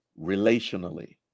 relationally